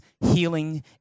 healing